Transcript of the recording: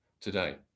today